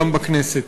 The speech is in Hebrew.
גם בכנסת.